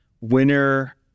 winner